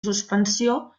suspensió